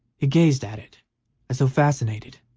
he gazed at it as though fascinated,